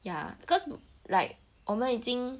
ya cause like 我们已经